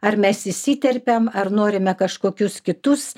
ar mes įsiterpėm ar norime kažkokius kitus